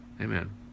Amen